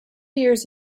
years